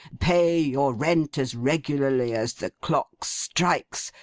pay your rent as regularly as the clock strikes,